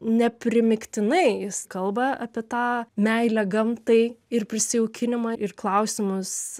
neprimygtinai jis kalba apie tą meilę gamtai ir prisijaukinimą ir klausimus